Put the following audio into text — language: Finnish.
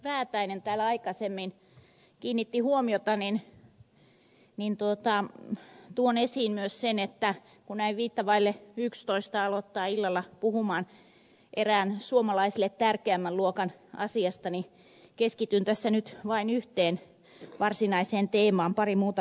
väätäinen täällä aikaisemmin myös tuon esiin sen että kun näin viittä vailla yksitoista aloittaa illalla puhumisen yhdestä suomalaisille tärkeimmästä pääluokasta niin keskityn tässä nyt vain yhteen varsinaiseen teemaan ja pari muuta huomiota